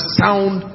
sound